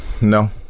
No